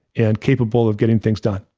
and capable of getting things done.